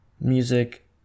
Music